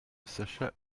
sacha